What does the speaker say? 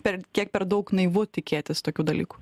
per kiek per daug naivu tikėtis tokių dalykų